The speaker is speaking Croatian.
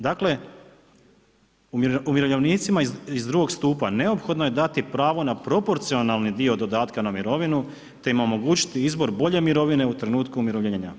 Dakle, umirovljenicima iz drugog stupa neophodno je dati pravo na propocionalni dio dodatka na mirovinu te im omogućiti izbor bolje mirovine u trenutku umirovljenja.